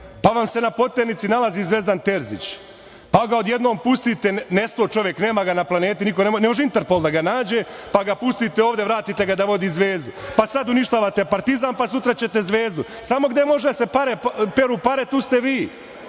pa vam se na poternici nalazi Zvezdan Terzić, pa ga odjednom pustite, nestao čovek, nema ga na planeti, ne može Interpol da ga nađe, pa ga pustite ovde, vratite ga da vodi Zvezdu, pa sad uništavate Partizan, pa sutra ćete Zvezdu. Samo gde može da se peru pare, tu ste vi